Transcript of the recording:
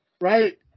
Right